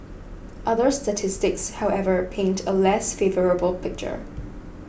other statistics however paint a less favourable picture